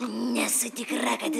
nesu tikra kad